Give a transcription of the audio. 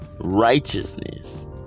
righteousness